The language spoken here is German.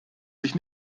sich